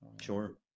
sure